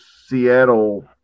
Seattle